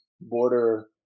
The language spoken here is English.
border